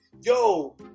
Yo